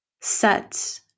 Set